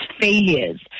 failures